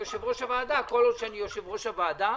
כל עוד אני יושב-ראש הוועדה